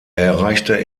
erreichte